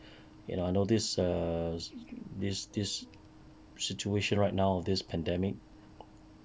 you know this err this this situation right now this pandemic